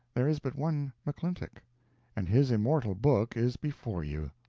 there is but one mcclintock and his immortal book is before you.